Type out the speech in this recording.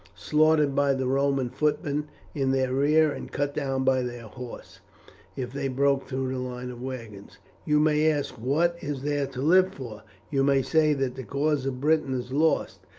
slaughtered by the roman footmen in their rear and cut down by their horse if they broke through the line of wagons. you may ask what is there to live for you may say that the cause of britain is lost,